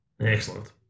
Excellent